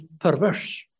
perverse